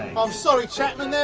i'm sorry, chapman,